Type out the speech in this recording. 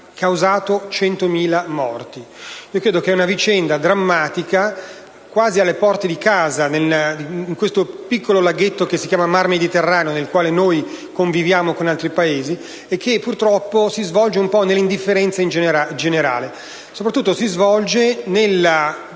causato 100.000 morti. Credo che si tratti di una vicenda drammatica che avviene quasi alle porte di casa, in questo piccolo laghetto che si chiama mar Mediterraneo, nel quale conviviamo con altri Paesi, e che purtroppo si svolge un po’ nell’indifferenza generale. Soprattutto, si svolge nella